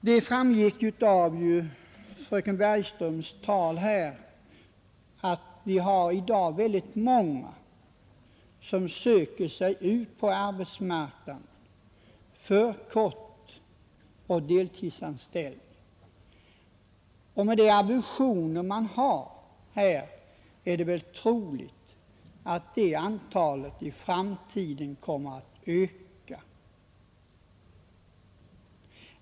Det framgick av fröken Bergströms tal att väldigt många människor i dag söker sig ut på arbetsmarknaden för korttidsoch deltidsanställning, och med de ambitioner man har här är det väl troligt att det antalet i framtiden kommer att öka.